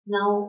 Now